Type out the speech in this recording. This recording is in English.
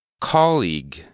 Colleague